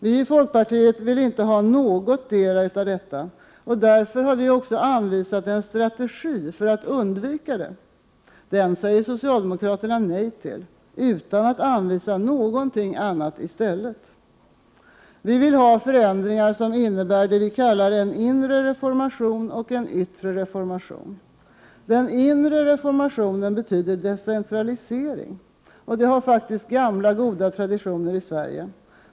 Vi i folkpartiet vill inte ha någotdera av detta, och därför har vi också anvisat en strategi för att undvika det. Den säger socialdemokraterna nej till, utan att anvisa något annat i stället. Vi vill ha förändringar som innebär det vi kallar en inre och en yttre reformation. Den inre reformationen betyder decentralisering. Den har faktiskt gamla goda traditioner i Sverige.